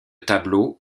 tableaux